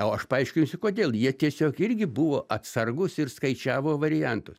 o aš paaiškinsiu kodėl jie tiesiog irgi buvo atsargūs ir skaičiavo variantus